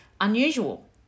unusual